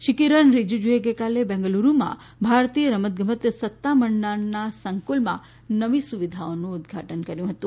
શ્રી કિરણ રીજીજુએ ગઈકાલે બેંગલુરૂમાં ભારતીય રમતગમત સત્તામંડળના સંક્રલમાં નવી સુવિધાઓનું ઉદઘાટન કર્યું હતું